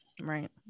right